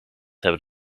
hebben